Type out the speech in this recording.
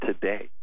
today